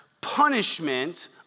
Punishment